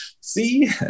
See